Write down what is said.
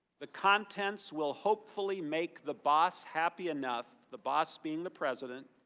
the content will hopefully make the boss happy enough, the boss being the president,